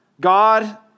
God